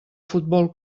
futbol